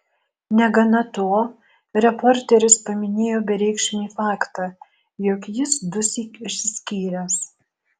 negana to reporteris paminėjo bereikšmį faktą jog jis dusyk išsiskyręs